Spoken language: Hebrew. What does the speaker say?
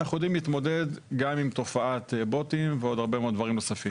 אנחנו יודעים להתמודד גם עם תופעת בוטים ועוד הרבה מאוד דברים נוספים.